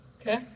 Okay